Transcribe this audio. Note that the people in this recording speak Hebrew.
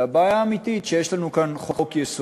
הבעיה האמיתית היא שיש לנו כאן חוק-יסוד,